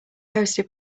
hosted